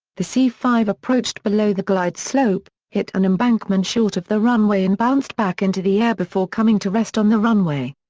the c five approached below the glide slope, hit an embankment short of the runway and bounced back into the air before coming to rest on the runway.